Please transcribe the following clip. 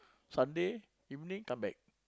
Sunday evening come back